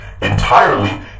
entirely